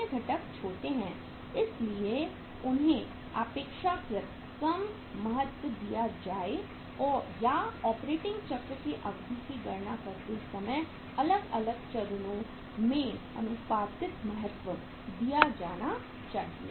अन्य घटक छोटे हैं इसलिए उन्हें अपेक्षाकृत कम महत्व दिया जाए या ऑपरेटिंग चक्र की अवधि की गणना करते समय अलग अलग चरणों में आनुपातिक महत्व दिया जाना चाहिए